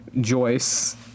Joyce